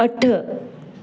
अठ